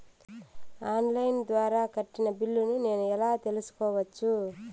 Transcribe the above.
On line ద్వారా కట్టిన బిల్లును నేను ఎలా తెలుసుకోవచ్చు?